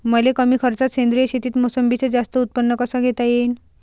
मले कमी खर्चात सेंद्रीय शेतीत मोसंबीचं जास्त उत्पन्न कस घेता येईन?